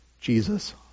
Jesus